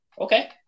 Okay